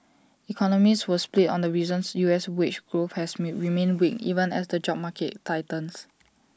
economists were split on the reasons U S wage growth has mean remained weak even as the job market tightens